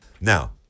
Now